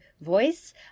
voice